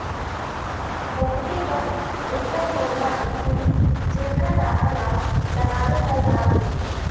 बहुते कम अइसन पउधा रहिथे जेखर डारा ल लगाबे त जाम जाही